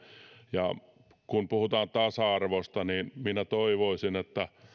ja kun puhutaan tasa arvosta niin minä toivoisin että